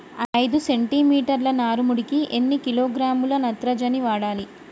ఐదు సెంటిమీటర్ల నారుమడికి ఎన్ని కిలోగ్రాముల నత్రజని వాడాలి?